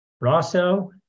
Rosso